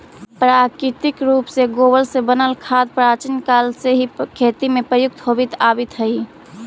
प्राकृतिक रूप से गोबर से बनल खाद प्राचीन काल से ही खेती में प्रयुक्त होवित आवित हई